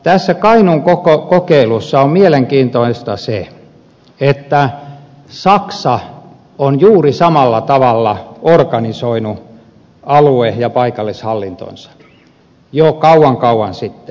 tässä kainuun kokeilussa on mielenkiintoista se että saksa on juuri samalla tavalla organisoinut alue ja paikallishallintonsa jo kauan kauan sitten